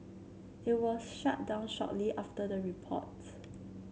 it was shut down shortly after the report